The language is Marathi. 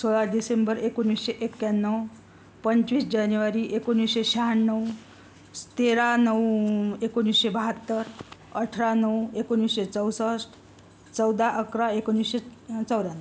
सोळा डिसेंबर एकोणीसशे एक्याण्णव पंचवीस जानेवारी एकोणीसशे शहाण्णव तेरा नऊ एकोणीसशे बाहत्तर अठरा नऊ एकोणीसशे चौसष्ट चौदा अकरा एकोणीसशे चौऱ्याण्णव